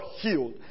healed